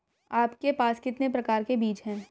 आपके पास कितने प्रकार के बीज हैं?